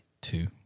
two